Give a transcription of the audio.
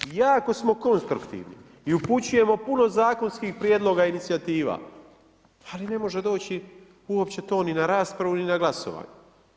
Jako smo konstruktivni i upućujemo puno zakonskih prijedloga i inicijativa, ali ne može doći uopće to niti na raspravu, ni na glasovanje.